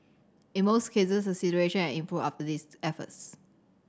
in most cases the situation had improved after these efforts